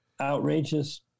outrageous